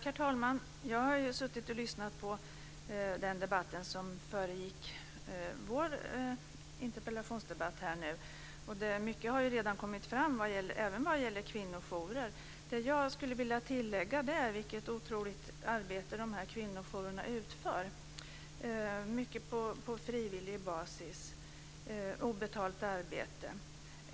Herr talman! Jag har lyssnat på den debatt som föregick denna interpellationsdebatt. Mycket har redan kommit fram, även vad gäller kvinnojourer. Vad jag skulle vilja lägga till är det otroliga arbete som kvinnojourerna utför - mycket på frivillig basis och med obetalt arbete.